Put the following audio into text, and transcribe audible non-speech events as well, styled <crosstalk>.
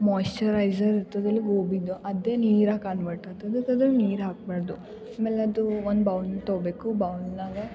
moisturiser ಇರ್ತದೆ ಅಲ್ಲ ಗೋಬಿದು ಅದೆ ನೀರಾಗಿ ಕನ್ವರ್ಟ್ ಆತದೆ <unintelligible> ನೀರು ಹಾಕಬಾಡ್ದು ಆಮೇಲೆ ಅದು ಒಂದು ಬೌಲ್ ತೋಬೇಕು ಬೌಲ್ನಾಗೆ